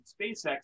SpaceX